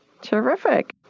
Terrific